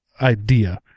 idea